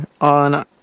on